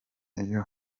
iyo